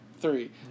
three